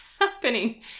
happening